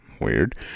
Weird